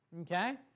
okay